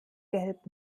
gelb